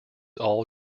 all